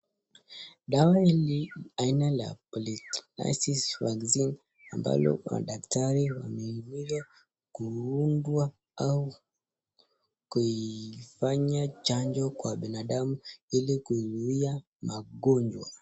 Dawa hili aina la poliasis vaccine ambalo madaktari wamehimizwa kuundwa au kuifanya chanjo kwa binadamu ili kuzuia magonjwa.